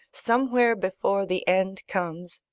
somewhere before the end comes,